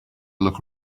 look